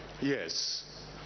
Yes